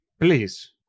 please